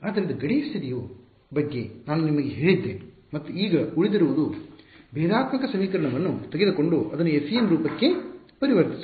ಆದ್ದರಿಂದ ಗಡಿ ಸ್ಥಿತಿಯ ಬಗ್ಗೆ ನಾನು ನಿಮಗೆ ಹೇಳಿದ್ದೇನೆ ಮತ್ತು ಈಗ ಉಳಿದಿರುವುದು ಭೇದಾತ್ಮಕ ಸಮೀಕರಣವನ್ನು ತೆಗೆದುಕೊಂಡು ಅದನ್ನು FEM ರೂಪಕ್ಕೆ ಪರಿವರ್ತಿಸುವುದು